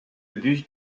buste